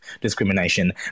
discrimination